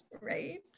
Right